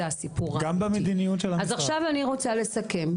אני רוצה לסכם,